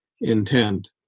intend